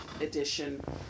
edition